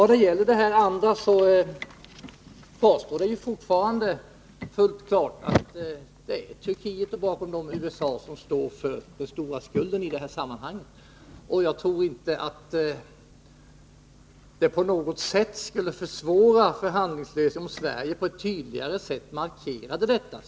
Vad sedan gäller skuldfrågan kvarstår fortfarande att det är Turkiet — och bakom dem USA — som står för skulden i detta sammanhang. Jag tror inte att det på något sätt skulle försvåra en förhandlingslösning om Sverige på ett tydligare sätt markerar detta.